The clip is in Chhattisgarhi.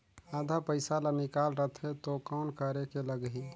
आधा पइसा ला निकाल रतें तो कौन करेके लगही?